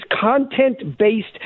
content-based